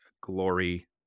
glory